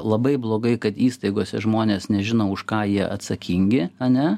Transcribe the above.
labai blogai kad įstaigose žmonės nežino už ką jie atsakingi ane